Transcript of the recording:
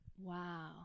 Wow